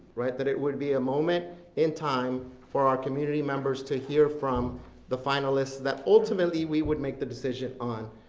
that it would be a moment in time for our community members to hear from the finalists that ultimately we would make the decision on.